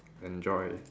enjoy